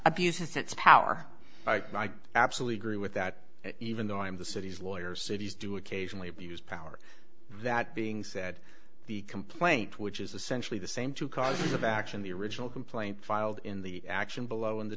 abuses its power i absolutely agree with that even though i am the city's lawyer cities do occasionally abuse power that being said the complaint which is essentially the same two causes of action the original complaint filed in the action below in the